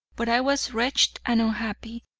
but i was wretched and unhappy,